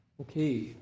Okay